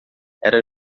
era